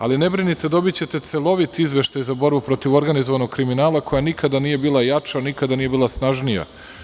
Ali, ne brinite, dobićete celovit izveštaj za borbu protiv organizovanog kriminala koja nikada nije bila jača, nikada nije bila snažnija.